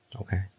Okay